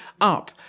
up